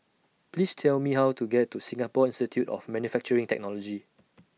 Please Tell Me How to get to Singapore Institute of Manufacturing Technology